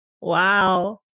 Wow